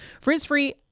Frizz-free